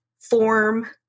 form